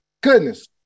Goodness